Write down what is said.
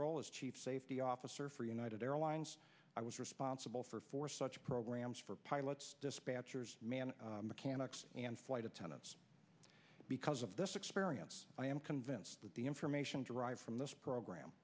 role as chief safety officer for united airlines i was responsible for four such programs for pilots dispatchers mechanics and flight attendants because of this experience i am convinced that the information derived from this program